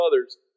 others